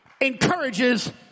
encourages